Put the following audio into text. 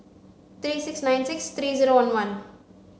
three six nine six three zero one one